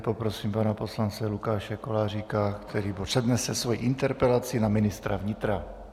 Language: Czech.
Poprosím tedy pana poslance Lukáše Koláříka, který přednese svoji interpelaci na ministra vnitra.